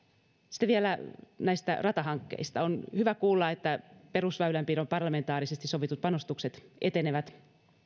sitten vielä näistä ratahankkeista on hyvä kuulla että perusväylänpidon parlamentaarisesti sovitut panostukset etenevät